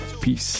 Peace